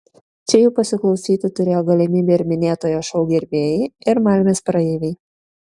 čia jų pasiklausyti turėjo galimybę ir minėtojo šou gerbėjai ir malmės praeiviai